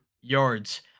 yards